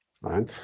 right